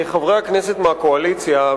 חברי הכנסת מהקואליציה,